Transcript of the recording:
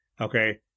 Okay